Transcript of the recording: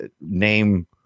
name